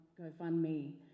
GoFundMe